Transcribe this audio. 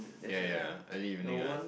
yeah yeah early evening ah